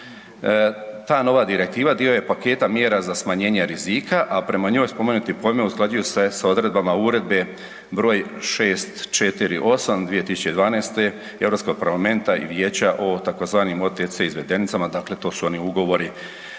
Ta nova direktiva dio je paketa mjera za smanjenje rizika, a prema njoj spomenuti pojmovi usklađuju se s odredbama Uredbe broj 648/2012 Europskog parlamenta i vijeća o tzv. OTC izvedenicama, dakle to su oni ugovori